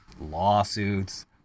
lawsuits